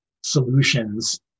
solutions